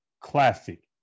Classic